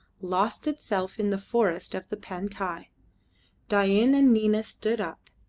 lost itself in the forests of the pantai. dain and nina stood up,